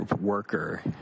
worker